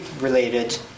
related